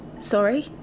Sorry